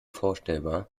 vorstellbar